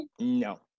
No